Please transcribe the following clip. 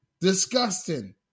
Disgusting